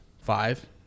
five